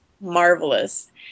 marvelous